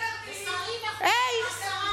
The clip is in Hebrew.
היי,